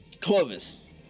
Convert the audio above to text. Clovis